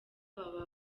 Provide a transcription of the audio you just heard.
baba